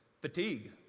Fatigue